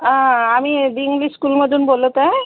आं आम्ही B English स्कूलमधून बोलत आहे